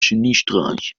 geniestreich